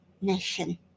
nation